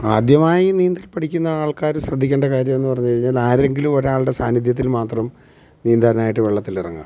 ആദ്യമായി നീന്തൽ പഠിക്കുന്ന ആൾക്കാർ ശ്രദ്ധിക്കേണ്ട കാര്യമെന്നു പറഞ്ഞു കഴിഞ്ഞാൽ ആരെങ്കിലും ഒരാളുടെ സാന്നിദ്ധ്യത്തിൽ മാത്രം നീന്താനായിട്ട് വെള്ളത്തിലിറങ്ങുക